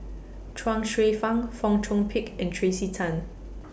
Chuang Hsueh Fang Fong Chong Pik and Tracey Tan